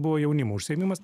buvo jaunimo užsiėmimas